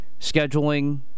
scheduling